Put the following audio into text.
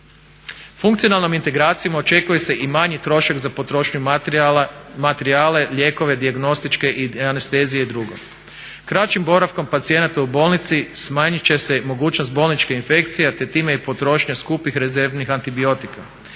Funkcionalnom integracijom očekuje se i manji trošak za potrošnju materijala, lijekove, dijagnostičke i anestezije i drugo. Kraćim boravkom pacijenata u bolnici smanjiti će se mogućnost bolničke infekcije a time i potrošnja skupih rezervnih antibiotika.